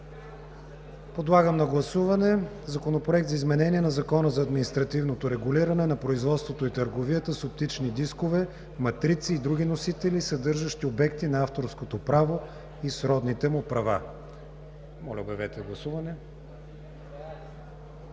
Подлагам на гласуване Законопроекта за изменение на Закона за административното регулиране на производството и търговията с оптични дискове, матрици и други носители, съдържащи обекти на авторското право и сродните му права. Гласували